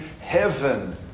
heaven